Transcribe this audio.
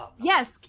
yes